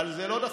אבל זה לא דחוף.